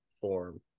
form